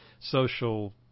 social